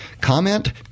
Comment